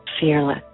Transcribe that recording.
fearless